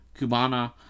cubana